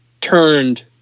turned